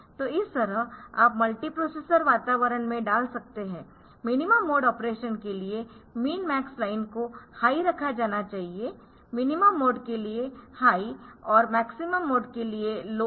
तो इस तरह आप मल्टीप्रोसेसर वातावरण में डाल सकते है मिनिमम मोड ऑपरेशन के लिए मिन मैक्स लाइन को हाई रखा जाना चाहिए मिनिमम मोड के लिए हाई और मैक्सिमम मोड के लिए लो है